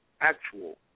actual